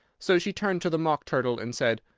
so she turned to the mock turtle and said,